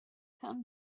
come